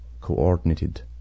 coordinated